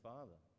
Father